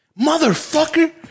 Motherfucker